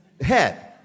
head